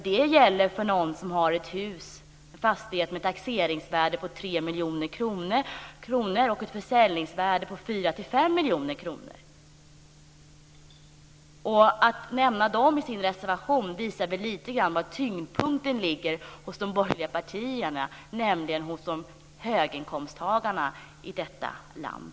Det gäller för dem som har en fastighet med ett taxeringsvärde på 3 miljoner kronor och ett försäljningsvärde på 4-5 Att nämna dem i sin reservation visar lite grann var tyngdpunkten ligger hos de borgerliga partierna, nämligen hos höginkomsttagarna i detta land.